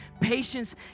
patience